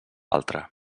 altra